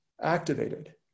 activated